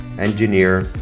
engineer